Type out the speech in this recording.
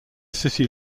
city